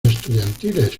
estudiantiles